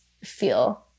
feel